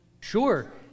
Sure